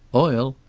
oil!